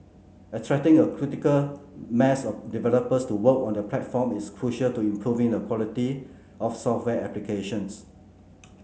attracting a critical mass of developers to work on the platform is crucial to improving the quality of software applications